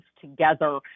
together